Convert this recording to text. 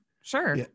sure